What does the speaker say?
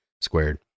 squared